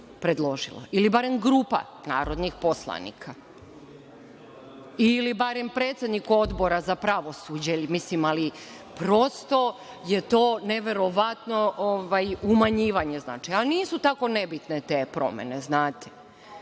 ili barem grupa narodnih poslanika ili barem predsednik Odbora za pravosuđe, ali prosto je to neverovatno umanjivanje, ali nisu nebitne te promene. To